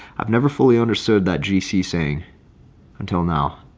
i've never fully understood that gc saying until now.